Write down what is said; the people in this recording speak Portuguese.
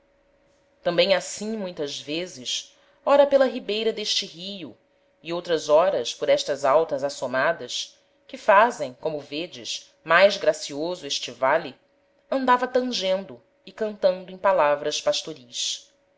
tambem assim muitas vezes ora pela ribeira d'este rio e outras horas por estas altas assomadas que fazem como vêdes mais gracioso este vale andava tangendo e cantando em palavras pastoris